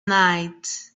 night